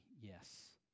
yes